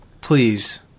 please